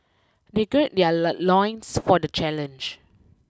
they gird their loins for the challenge